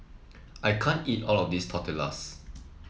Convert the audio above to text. I can't eat all of this Tortillas